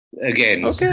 again